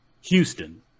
Houston